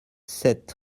sept